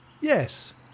Yes